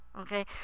Okay